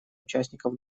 участников